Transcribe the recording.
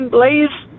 Blaze